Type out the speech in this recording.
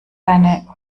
deine